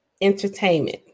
Entertainment